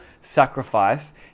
sacrifice